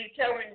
telling